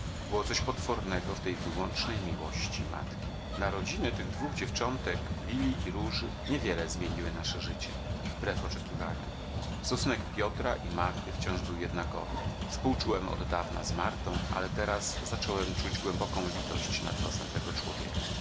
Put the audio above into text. było coś potwornego w tej wyłącznej miłości matki narodziny tych dwóch dziewczątek lili i róży nie wiele zmieniły nasze życie wbrew oczekiwaniom stosunek piotra i marty wciąż był jednakowy współczułem oddawna z martą ale teraz zacząłem czuć głęboką litość nad losem tego człowieka